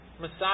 Messiah